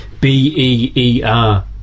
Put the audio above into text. B-E-E-R